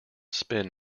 spin